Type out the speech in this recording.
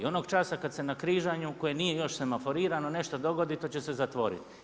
I onog časa kada se na križanju koje nije još semaforirano nešto dogoditi to će se zatvoriti.